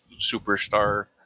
superstar